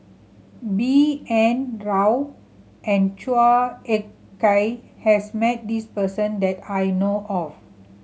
B N Rao and Chua Ek Kay has met this person that I know of